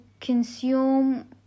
consume